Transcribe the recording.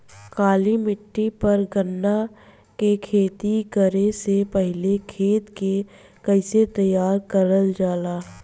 काली मिट्टी पर गन्ना के खेती करे से पहले खेत के कइसे तैयार करल जाला?